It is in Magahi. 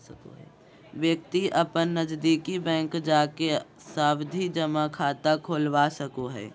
व्यक्ति अपन नजदीकी बैंक जाके सावधि जमा खाता खोलवा सको हय